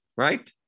Right